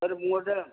सोर बुंहरदों